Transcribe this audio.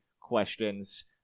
questions